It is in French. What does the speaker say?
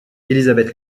élisabeth